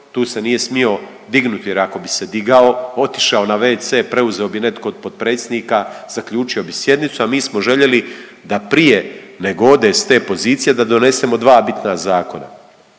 tu se nije smio dignuti, jer ako bi se digao otišao na wc, preuzeo bi netko od potpredsjednika, zaključio bi sjednicu, a mi smo željeli da prije nego ode s te pozicije da donesemo 2 bitna zakona.